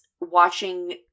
watching